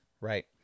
right